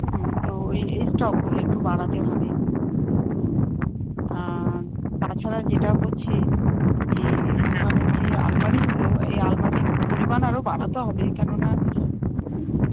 হুম তো ওই এই স্টকগুলো একটু বাড়াতে হবে হুম আর তাছাড়া যেটা হচ্ছে যে দোকানের যে আলমারিগুলো এই আলমারির পরিমাণ আরও বাড়াতে হবে কেননা